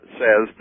says